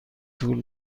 طول